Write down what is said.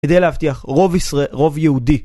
כדי להבטיח רוב יהודי.